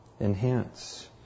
enhance